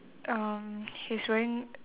um he's wearing